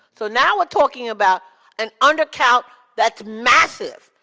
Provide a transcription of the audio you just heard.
so now we're talking about an under count that's massive.